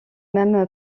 même